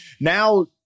now